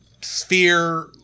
sphere